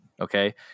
okay